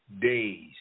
days